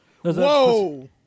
Whoa